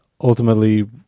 ultimately